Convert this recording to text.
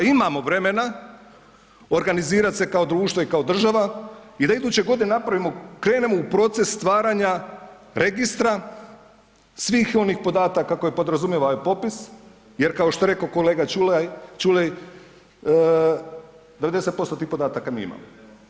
Imamo vremena organizirat se kao društvo i kao država i da iduće godine napravimo, krenemo u proces stvaranja registra svih onih podataka koje podrazumijeva ovaj popis jer kao što je rekao kolega Ćuraj 90% tih podataka mi imamo.